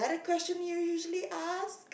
question you usually ask